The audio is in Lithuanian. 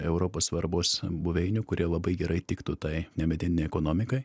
europos svarbos buveinių kurie labai gerai tiktų tai nemedieninei ekonomikai